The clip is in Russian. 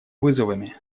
вызовами